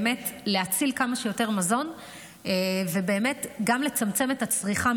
הוא להציל כמה שיותר מזון וגם לצמצם את הצריכה,